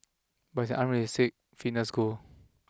but it's an unrealistic fitness goal